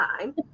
time